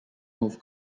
move